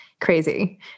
crazy